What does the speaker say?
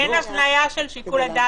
אין התניה של שיקול הדעת,